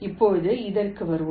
இப்போது இதற்கு வருவோம்